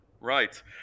Right